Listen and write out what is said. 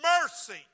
mercy